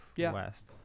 west